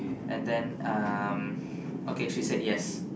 and then um okay she said yes